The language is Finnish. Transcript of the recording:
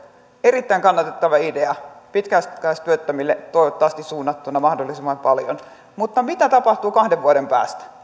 erittäin kannatettava idea pitkäaikaistyöttömille toivottavasti suunnattuna mahdollisimman paljon mutta mitä tapahtuu kahden vuoden päästä